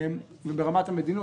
ברמת המדיניות,